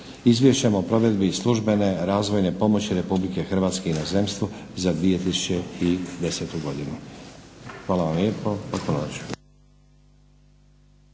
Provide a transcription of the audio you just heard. Izvješćem o provedbi službene razvojne pomoći Republike Hrvatske inozemstvu za 2010. godinu. Hvala vam lijepo.